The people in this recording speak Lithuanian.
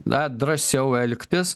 na drąsiau elgtis